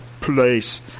place